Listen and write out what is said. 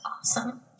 awesome